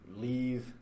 leave